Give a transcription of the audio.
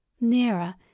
nearer